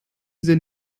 sind